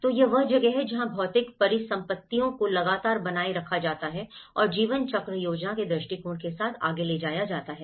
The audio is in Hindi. तो यह वह जगह है जहाँ भौतिक परिसंपत्तियों को लगातार बनाए रखा जाता है और जीवन चक्र योजना के दृष्टिकोण के साथ आगे ले जाया जाता है